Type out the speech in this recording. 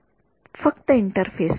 विद्यार्थीः फक्त इंटरफेस वर